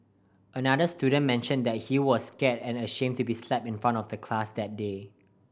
another student mentioned that he was scared and ashamed to be slapped in front of the class that day